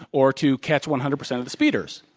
or to catch one hundred percent of the speeders.